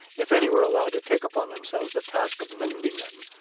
if any were allowed to take upon themselves the task of mending them,